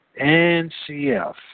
NCF